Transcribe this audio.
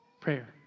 Prayer